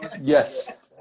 Yes